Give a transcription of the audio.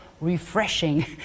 refreshing